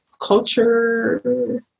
culture